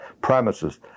premises